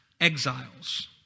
exiles